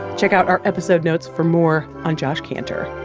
check out our episode notes for more on josh kantor